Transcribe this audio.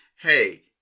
Hey